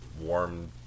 warm